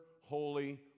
holy